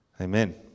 Amen